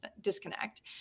disconnect